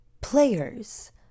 players